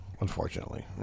Unfortunately